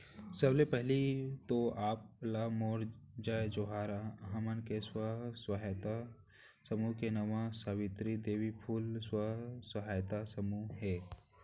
सबले पहिली तो आप ला मोर जय जोहार, हमन के स्व सहायता समूह के नांव सावित्री देवी फूले स्व सहायता समूह हे